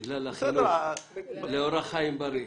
בגלל החינוך לאורח חיים בריא.